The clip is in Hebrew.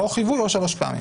או חיווי או שלוש פעמים.